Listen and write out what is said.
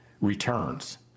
returns